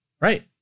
Right